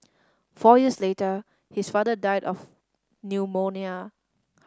four years later his father died of pneumonia